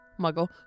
Muggle